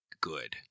good